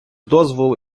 дозволу